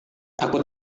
aku